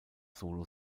solo